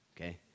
okay